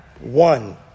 one